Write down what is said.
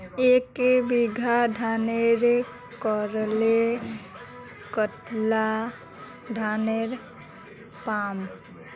एक बीघा धानेर करले कतला धानेर पाम?